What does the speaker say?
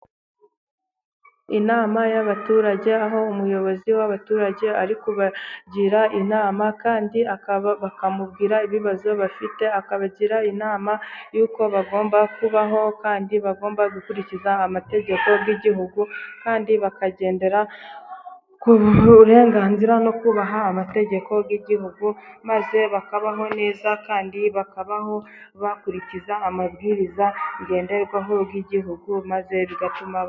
Inama y'abaturage, aho umuyobozi w'abaturage ari kubagira inama, kandi bakamubwira ibibazo bafite, akabagira inama y'uko bagomba kubaho, kandi bagomba gukurikiza amategeko y'igihugu, kandi bakagendera ku burenganzira no kubaha amategeko y'igihugu, maze bakabaho neza, kandi bakabaho bakurikiza amabwiriza ngenderwaho y'igihugu, maze bigatuma...